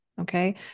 Okay